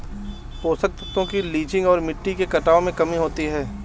पोषक तत्वों की लीचिंग और मिट्टी के कटाव में कमी होती है